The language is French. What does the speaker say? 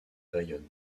bayonne